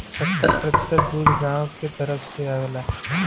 सत्तर प्रतिसत दूध गांव के तरफ से आवला